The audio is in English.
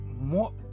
more